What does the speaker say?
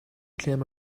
claim